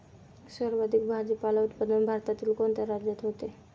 सर्वाधिक भाजीपाला उत्पादन भारतातील कोणत्या राज्यात होते?